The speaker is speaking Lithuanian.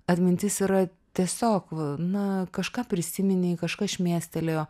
atmintis yra tiesiog na kažką prisiminei kažkas šmėstelėjo